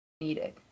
needed